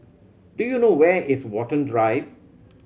do you know where is Watten Drive